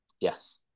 Yes